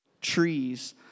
trees